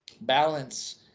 Balance